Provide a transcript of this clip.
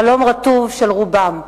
חלום רטוב של רובם.